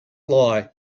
lie